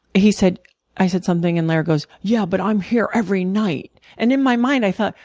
he said i said something, and laird goes, yeah, but i'm here every night. and in my mind, i thought,